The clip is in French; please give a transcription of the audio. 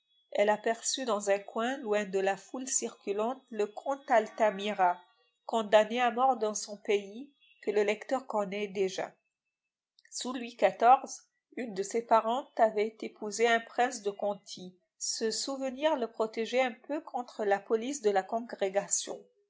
elle aperçut dans un coin loin de la foule circulante le comte altamira condamné à mort dans son pays que le lecteur connaît déjà sous louis xiv une de ses parentes avait épousé un prince de conti ce souvenir le protégeait un peu contre la police de la congrégation